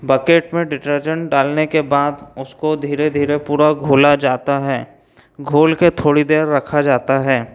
bucket में detergent डालने के बाद उसको धीरे धीरे पूरा घोला जाता है घोल कर थोड़ी देर रखा जाता है